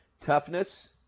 toughness